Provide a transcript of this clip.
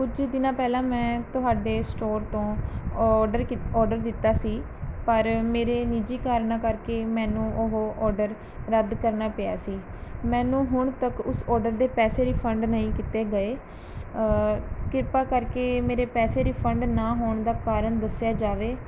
ਕੁਝ ਦਿਨਾਂ ਪਹਿਲਾਂ ਮੈਂ ਤੁਹਾਡੇ ਸਟੋਰ ਤੋਂ ਔਰਡਰ ਕਿਤ ਔਰਡਰ ਦਿੱਤਾ ਸੀ ਪਰ ਮੇਰੇ ਨਿੱਜੀ ਕਾਰਨਾਂ ਕਰਕੇ ਮੈਨੂੰ ਉਹ ਔਰਡਰ ਰੱਦ ਕਰਨਾ ਪਿਆ ਸੀ ਮੈਨੂੰ ਹੁਣ ਤੱਕ ਉਸ ਔਰਡਰ ਦੇ ਪੈਸੇ ਰਿਫੰਡ ਨਹੀਂ ਕੀਤੇ ਗਏ ਕਿਰਪਾ ਕਰਕੇ ਮੇਰੇ ਪੈਸੇ ਰਿਫੰਡ ਨਾ ਹੋਣ ਦਾ ਕਾਰਨ ਦੱਸਿਆ ਜਾਵੇ